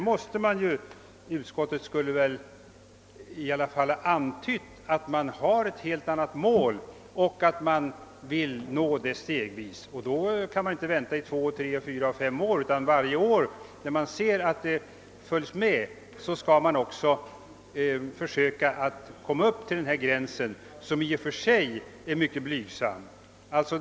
Men utskottet skulle väl i alla fall ha antytt att man har ett helt annat mål och att man vill nå det stegvis. Då kan man inte vänta i två, tre, fyra och fem år, utan varje år när man ser att verksamheten följer med skall man också försöka att komma upp till denna gräns som i och för sig är mycket blygsam.